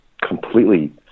completely